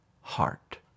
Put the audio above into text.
heart